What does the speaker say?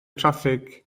traffig